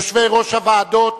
יושבי-ראש הוועדות